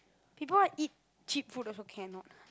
people wanna eat cheap food also cannot ah